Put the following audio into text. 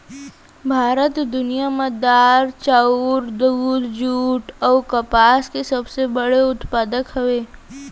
भारत दुनिया मा दार, चाउर, दूध, जुट अऊ कपास के सबसे बड़े उत्पादक हवे